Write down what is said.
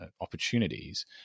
opportunities